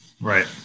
Right